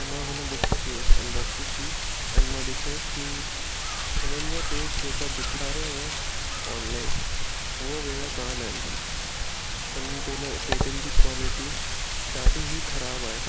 ऐं मां हुन बुक खे अनबॉक्सिंग की ऐं मां ॾिसो की हुननि जा पेज जेका ॾेखारियो हुओ ऑनलाइन हूअ वेरा कोन आहिनि हुन पेन पेजनि जी क्वालिटी ॾाढी ई ख़राब आहे